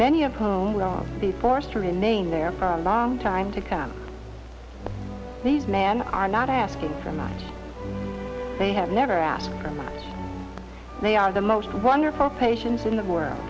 many of whom will be forced to remain there for a long time to come these men are not asking for money they have never asked they are the most wonderful patients in the world